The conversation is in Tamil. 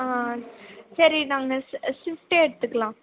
ஆ சரி நாங்கள் ஷிஃப்ட்டே எடுத்துக்குலாம்